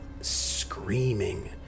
screaming